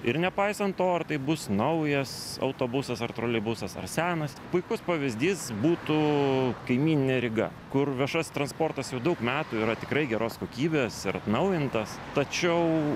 ir nepaisant to ar tai bus naujas autobusas ar troleibusas ar senas puikus pavyzdys būtų kaimyninė ryga kur viešasis transportas jau daug metų yra tikrai geros kokybės ir atnaujintas tačiau